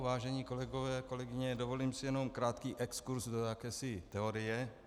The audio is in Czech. Vážení kolegové, kolegyně, dovolím si jenom krátký exkurz do jakési teorie.